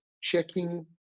checking